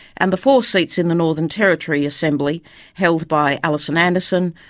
and the four seats in the northern territory assembly held by alison anderson,